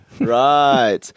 Right